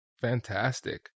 Fantastic